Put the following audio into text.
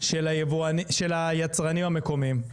של היצרנים המקומיים.